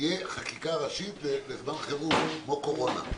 תהיה חקיקה ראשית לזמן חירום, כמו קורונה.